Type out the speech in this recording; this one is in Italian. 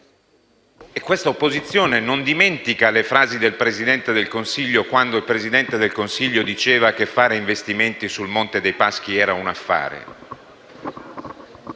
e questa opposizione non dimentica le frasi del Presidente del Consiglio, quando diceva che fare investimenti sul Monte dei Paschi era un affare.